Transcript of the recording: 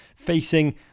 facing